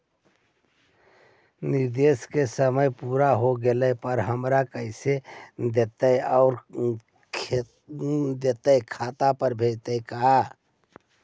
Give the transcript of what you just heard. निवेश के समय पुरा हो गेला पर हमर पैसबा कोन देतै और कैसे देतै खाता पर भेजतै का?